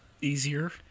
easier